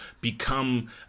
become